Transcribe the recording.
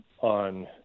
on